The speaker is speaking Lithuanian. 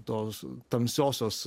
tos tamsiosios